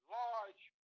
large